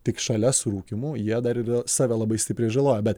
tik šalia surūkymo jie dar ir save labai stipriai žaloja bet